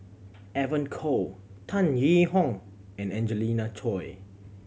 Evon Kow Tan Yee Hong and Angelina Choy